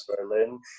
Berlin